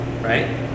right